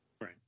right